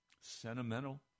sentimental